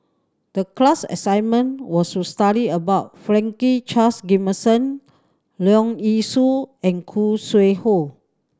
the class assignment was to study about Franklin Charles Gimson Leong Yee Soo and Khoo Sui Hoe